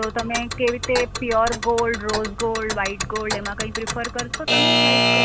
તો તમે કેવી રીતે pure gold rose gold white gold એમાં કઈ પ્રીફર કરશો તમે લાઇક